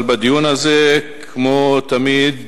אבל בדיון הזה, כמו תמיד,